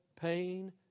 pain